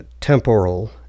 temporal